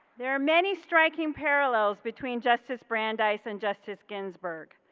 there are many striking parallels between justice brandeis and justice ginsburg.